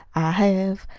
i have,